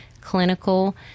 clinical